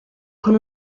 con